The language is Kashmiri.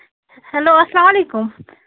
ہیٚلو اَسلام علیکُم